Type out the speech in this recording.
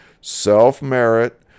self-merit